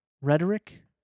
rhetoric